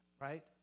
right